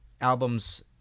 albums